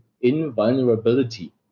invulnerability